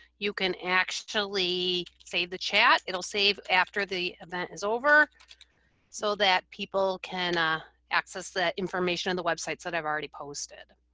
you can actually save the chat. it'll save after the event is over so that people can ah access that information on the websites that i've already posted